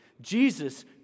Jesus